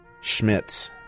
Schmitz